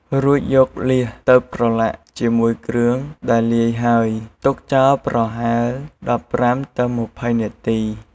រូចយកលៀសទៅប្រឡាក់ជាមួយគ្រឿងដែលលាយហើល ទុកចោលប្រហែល ១៥ទៅ២០ នាទី។